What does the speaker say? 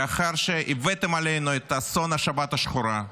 לאחר שהבאתם עלינו את אסון השבת השחורה,